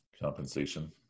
compensation